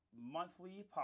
monthly